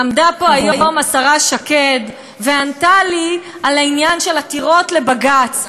עמדה פה היום השרה שקד וענתה לי על העניין של עתירות לבג"ץ,